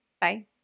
Bye